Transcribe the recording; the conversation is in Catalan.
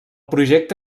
projecte